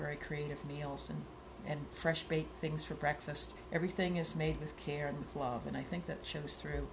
very creative nielson and fresh baked things for breakfast everything is made with care and fluff and i think that shows through